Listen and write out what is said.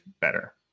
better